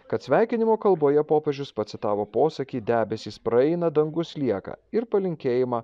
kad sveikinimo kalboje popiežius pacitavo posakį debesys praeina dangus lieka ir palinkėjimą